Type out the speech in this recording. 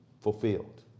fulfilled